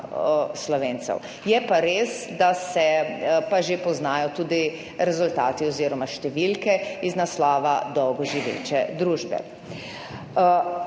Slovencev. Je pa res, da se pa že poznajo tudi rezultati oziroma številke iz naslova dolgoživeče družbe.